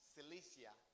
Cilicia